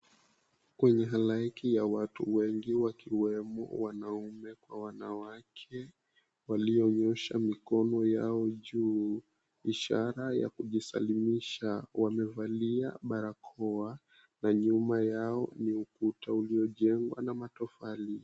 Kwenye halaiki ya watu wengi wakiwemo wanaume kwa wanawake walionyosha mikono yao juu, ishara ya kujisalimisha wamevalia barakoa na nyuma yao ni ukuta uliyojengwa na matofali.